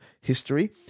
history